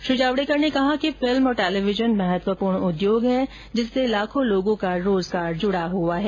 श्री जावड़ेकर ने कहा कि फिल्म और टेलीविजन महत्वपूर्ण उद्योग है जिससे लाखों लोगों का रोजगार जुड़ा है